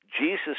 Jesus